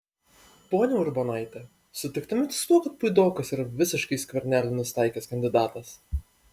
ponia urbonaite sutiktumėte su tuo kad puidokas yra visiškai į skvernelį nusitaikęs kandidatas